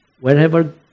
Wherever